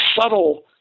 subtle